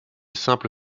simple